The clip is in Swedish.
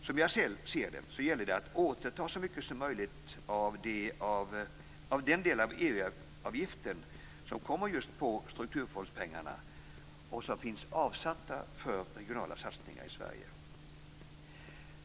Som jag ser det gäller det att återta så mycket som möjligt av den del av EU-avgiften som går just till strukturfondspengar och som finns avsatta för regionala satsningar i Sverige.